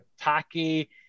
tacky